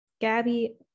Gabby